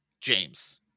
James